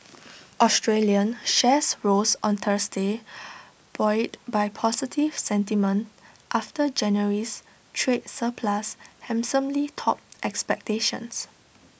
Australian shares rose on Thursday buoyed by positive sentiment after January's trade surplus handsomely topped expectations